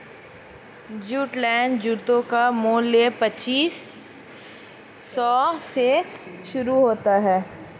Woodland जूतों का मूल्य पच्चीस सौ से शुरू होता है